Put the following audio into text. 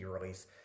release